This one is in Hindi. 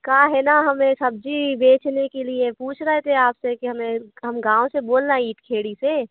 क्या है ना हमें सब्ज़ी बेचने के लिए पूछ रहे थे आप से कि हमें हम गाँव से बोल रहि खेड़ी से